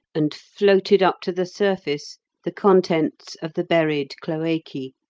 and floated up to the surface the contents of the buried cloacae.